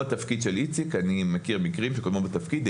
אני מכיר מקרים כאלה שקודמו בתפקיד של איציק